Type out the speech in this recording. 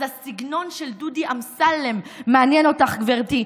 אז הסגנון של דודי אמסלם מעניין אותך, גברתי,